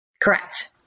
Correct